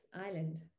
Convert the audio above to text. island